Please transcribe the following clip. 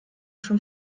schon